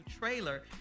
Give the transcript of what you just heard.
trailer